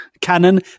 cannon